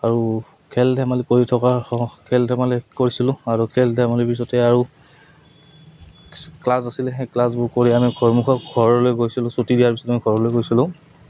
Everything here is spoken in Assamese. আৰু খেল ধেমালি কৰি থকা খেল ধেমালি কৰিছিলোঁ আৰু খেল ধেমালিৰ পিছতে আৰু ক্লাছ আছিলে সেই ক্লাছবোৰ কৰি আমি ঘৰমুখক ঘৰলৈ গৈছিলোঁ ছুটি দিয়াৰ পিছত আমি ঘৰলৈ গৈছিলোঁ